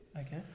Okay